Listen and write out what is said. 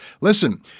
Listen